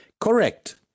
Correct